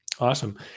Awesome